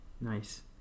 Nice